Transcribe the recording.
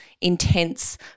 intense